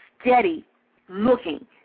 steady-looking